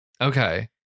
Okay